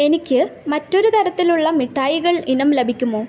എനിക്ക് മറ്റൊരു തരത്തിലുള്ള മിഠായികൾ ഇനം ലഭിക്കുമോ